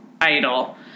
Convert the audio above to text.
idol